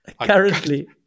Currently